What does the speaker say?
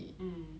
mm